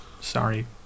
Sorry